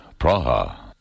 Praha